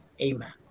Amen